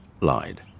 lied